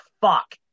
fuck